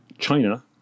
China